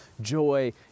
joy